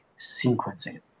sequencing